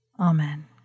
Amen